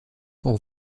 pour